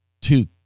two